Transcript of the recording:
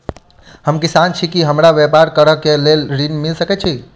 हम किसान छी की हमरा ब्यपार करऽ केँ लेल ऋण मिल सकैत ये?